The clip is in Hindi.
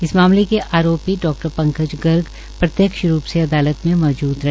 इस मामले के आरोपी डा पकंज नैन गर्ग प्रत्यक्ष रूप से अदालत मे मौजूद रहे